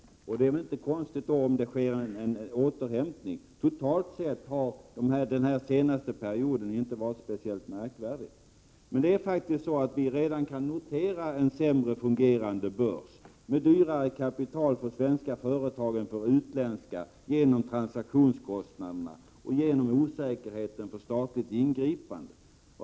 Det är väl då inte konstigt om det sker en återhämtning. Totalt sett har den senaste perioden inte varit speciellt märkvärdig. Vi kan faktiskt redan notera en sämre fungerande börs med dyrare kapital för svenska företag än för utländska genom transaktionskostnaderna och genom osäkerheten när det gäller statligt ingripande.